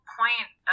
point